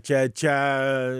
čia čia